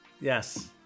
Yes